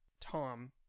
Tom